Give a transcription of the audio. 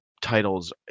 Titles